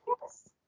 Yes